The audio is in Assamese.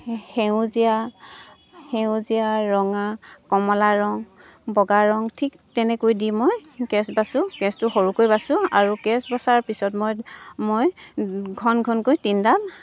সেউজীয়া সেউজীয়া ৰঙা কমলা ৰং বগা ৰং ঠিক তেনেকৈ দি মই কেচ বাছোঁ কেচটো সৰুকৈ বাচোঁ আৰু কেচ বছাৰ পিছত মই মই ঘন ঘনকৈ তিনিডাল